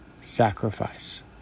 sacrifice